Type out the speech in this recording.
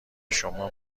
شما